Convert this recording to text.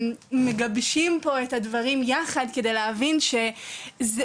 מגבשים פה את הדברים יחד כדי להבין שזה